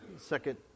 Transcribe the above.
second